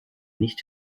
nicht